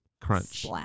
Crunch